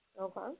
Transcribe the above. Okay